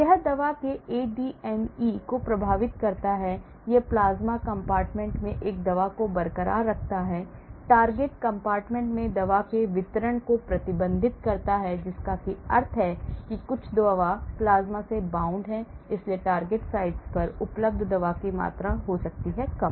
यह दवा के ADME को प्रभावित करता है यह plasma compartment में एक दवा को बरकरार रखता है target compartment में दवा के वितरण को प्रतिबंधित करता है जिसका अर्थ है कि कुछ दवा प्लाज्मा से bound है इसलिए target site पर उपलब्ध दवा की मात्रा हो सकती है कम